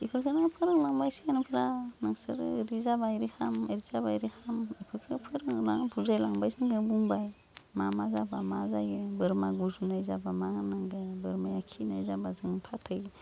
इफोरखोनो फोरोंलांबाय सिगांनिफ्रा नोंसोरो ओरै जाबा ओरै खाम ओरै जाबा ओरै खाम इफोरखो फोरोंलां बुजायलांबाय जोंनो बुंबाय मा मा जाबा मा जायो बोरमा गुजुनाय जाबा मा होनांगो बोरमाया खिनाय जाबा जों फाथै